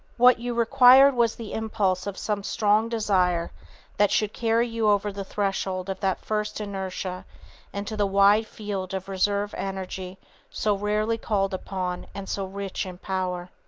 what you required was the impulse of some strong desire that should carry you over the threshold of that first inertia into the wide field of reserve energy so rarely called upon and so rich in power.